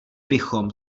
bychom